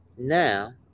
Now